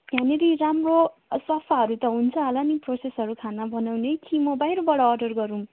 यहाँनिर राम्रो सफाहरू त हुन्छ होला नि प्रोसेसहरू खाना बनाउने कि म बाहिरबाट अर्डर गरौँ